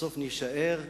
בסוף נישאר,